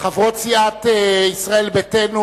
חברות סיעת ישראל ביתנו